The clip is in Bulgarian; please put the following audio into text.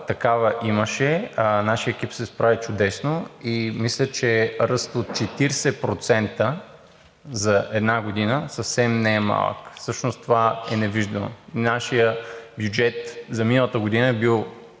такава имаше – нашият екип се справи чудесно, и мисля, че ръст от 40% за една година съвсем не е малко. Всъщност това е невиждано. Нашият бюджет за миналата година